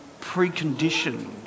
preconditioned